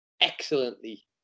excellently